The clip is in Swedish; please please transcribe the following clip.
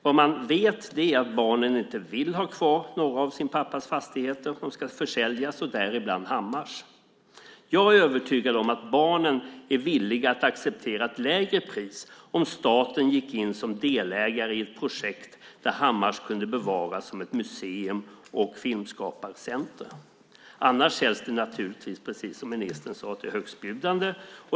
Vad man vet är att barnen inte vill ha kvar någon av sin pappas fastigheter. De ska försäljas, och däribland Hammars. Jag är övertygad om att barnen är villiga att acceptera ett lägre pris om staten gick in som delägare i ett projekt där Hammars kunde bevaras som ett museum och filmskaparcentrum. Annars säljs det naturligtvis, precis som ministern sade, till högstbjudande.